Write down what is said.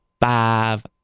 five